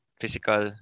physical